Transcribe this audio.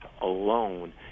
alone